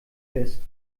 ist